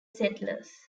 settlers